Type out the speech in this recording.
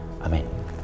Amen